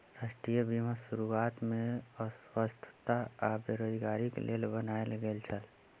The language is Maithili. राष्ट्रीय बीमा शुरुआत में अस्वस्थता आ बेरोज़गारीक लेल बनायल गेल छल